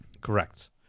Correct